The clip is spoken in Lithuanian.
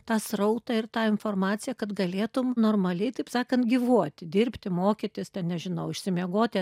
tą srautą ir tą informaciją kad galėtum normaliai taip sakant gyvuoti dirbti mokytis ten nežinau išsimiegoti